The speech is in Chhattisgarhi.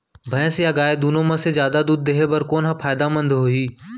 भैंस या गाय दुनो म से जादा दूध देहे बर कोन ह फायदामंद होही?